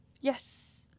yes